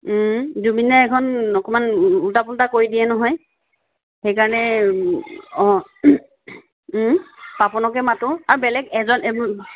জুবিনে এইখন অকণমান উল্টা পুল্টা কৰি দিয়ে নহয় সেইকাৰণে অ পাপনকে মাতোঁ আৰু বেলেগ এজন